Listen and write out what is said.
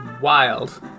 wild